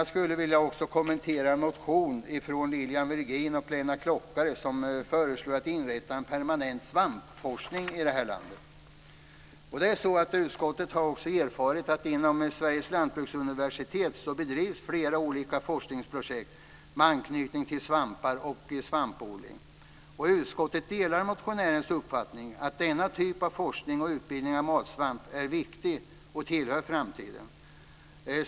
Jag vill också kommentera en motion från Lilian Virgin och Lennart Klockare där det föreslås att man ska inrätta en permanent svampforskning i landet. Utskottet har erfarit att inom Sveriges lantbruksuniversitet bedrivs flera olika forskningsprojekt med anknytning till svampar och svampodling. Utskottet delar motionärernas uppfattning att denna typ av forskning och utbildning om matsvamp är viktig och tillhör framtiden.